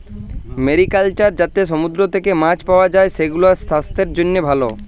mariculture যাতে সমুদ্র থেক্যে মাছ পাওয়া যায়, সেগুলাসাস্থের জন্হে ভালো